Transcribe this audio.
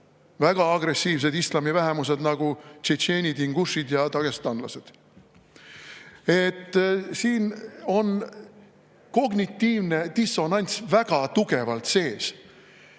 väga agressiivsed islami vähemused nagu tšetšeenid, ingušid ja dagestanlased. Siin on kognitiivne dissonants väga tugevalt sees.